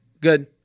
good